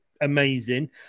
amazing